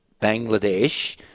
Bangladesh